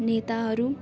नेताहरू